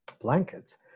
blankets